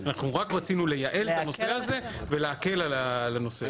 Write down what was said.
אנחנו רק רצינו לייעל את הנושא הזה ולהקל על הנושא.